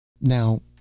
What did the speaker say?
Now